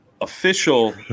official